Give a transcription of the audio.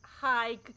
Hi